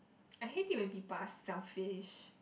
I hate it when people are selfish